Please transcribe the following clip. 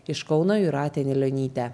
iš kauno jūratė nilionytė